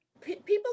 people